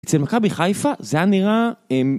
אצל מכבי חיפה, זה היה נראה, אממ...